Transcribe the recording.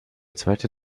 zweite